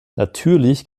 natürlich